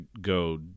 go